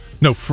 No